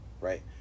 right